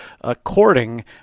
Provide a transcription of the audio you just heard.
according